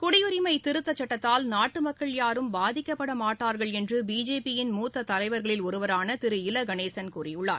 குடியுரிமை திருத்தச்சட்டத்தால் நாட்டு மக்கள் யாரும் பாதிக்கப்படமாட்டார்கள் என்று பிஜேபி யின் மூத்த தலைவர்களில் ஒருவரான திரு இல கணேசன் கூறியுள்ளார்